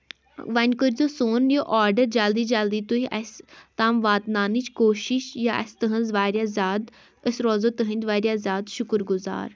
وۄنۍ کٔرزِ سون یہِ آرڈر جلدی جلدی جلدی تُہۍ اَسہِ تام واتناونٕچ کوٗشِش یا اَسہِ تٕہنز واریاہ زیادٕ أسۍ روزو تٕہنٛدۍ واریاہ زیادٕ شُکُر گُزار